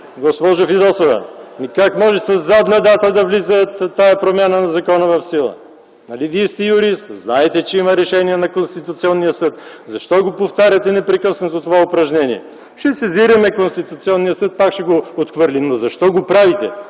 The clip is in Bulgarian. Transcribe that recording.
Госпожо Фидосова, как може тази промяна в закона да влиза в сила със задна дата? Нали Вие сте юрист и знаете, че има решение на Конституционния съд? Защо повтаряте непрекъснато това упражнение? Ще сезираме Конституционния съд, пак ще го отхвърли. Но защо го правите?